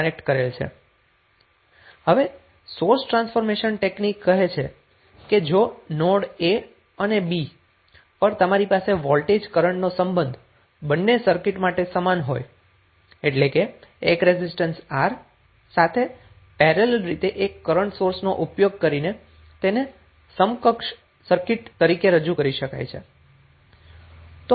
હવે source transformation technique કહે છે કે જો નોડ a અને b પર તમારી પાસે વોલ્ટેજ કરન્ટ નો સંબંધ બંને સર્કિટ માટે સમાન હોય એટ્લે કે એક રેઝિસ્ટન્સ R સાથે પેરેલલ રીતે એક કરન્ટ સોર્સ નો ઉપયોગ કરીને તેને સમકક્ષ સર્કિટ તરીકે રજૂ કરી શકાય છે